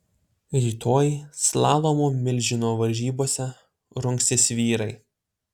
rytoj slalomo milžino varžybose rungsis vyrai